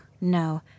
No